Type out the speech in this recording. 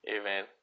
Amen